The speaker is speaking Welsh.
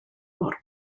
mor